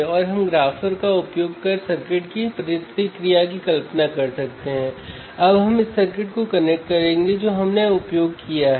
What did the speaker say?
और अगर आप देखें तो आउटपुट 104 वोल्ट है